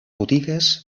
botigues